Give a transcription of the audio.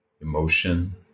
emotion